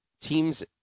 teams